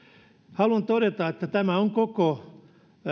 haluan todeta että tämä on koko